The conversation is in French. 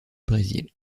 brésil